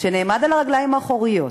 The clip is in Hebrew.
שנעמד על הרגליים האחוריות